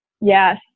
Yes